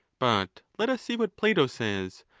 but let us see what plato says,